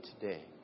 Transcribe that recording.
today